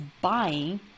buying